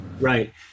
Right